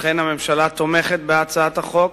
אכן הממשלה תומכת בהצעת החוק,